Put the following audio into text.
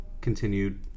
continued